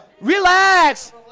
Relax